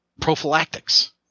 prophylactics